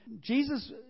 Jesus